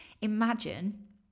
Imagine